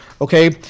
okay